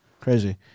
Crazy